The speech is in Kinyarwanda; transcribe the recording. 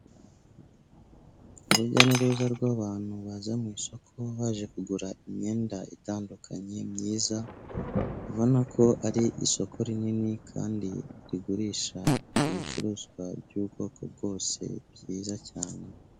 Urujya n'uruza rw'abantu baza mu isoko, baje kugura imyenda itandukanye myiza, ubona ko ari isoko rinini kandi rigurisha ibicuruzwa by'ubwoko bwose byiza cyane.